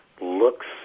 looks